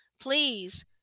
please